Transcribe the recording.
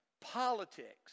politics